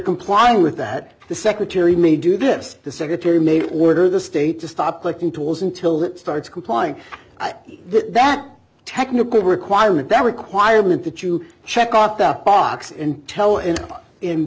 comply with that the secretary may do this the secretary made order the state to stop collecting tolls until it starts complying with that technical requirement that requirement that you check off the box and tell him in